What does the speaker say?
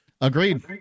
Agreed